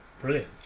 brilliant